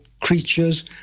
Creatures